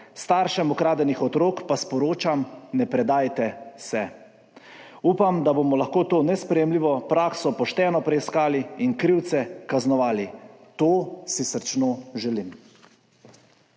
Staršem ukradenih otrok pa sporočam, da se ne predajte. Upam, da bomo lahko to nesprejemljivo prakso pošteno preiskali in krivce kaznovali. To si srčno želim.